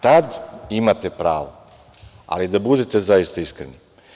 Tad imate pravo, ali da budete zaista iskreni.